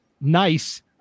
nice